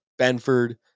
Benford